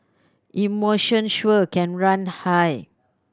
emotions sure can run high